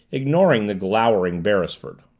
ignoring the glowering beresford.